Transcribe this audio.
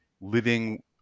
living